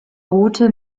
route